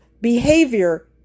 behavior